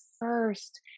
first